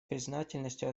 признательностью